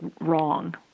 wrong